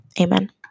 Amen